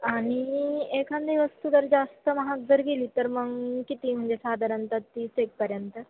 आणि एखादी वस्तू जर जास्त महाग जर गेली तर मग किती म्हणजे साधारणतः तीस एकपर्यंत